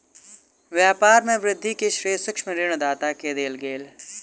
व्यापार में वृद्धि के श्रेय सूक्ष्म ऋण दाता के देल गेल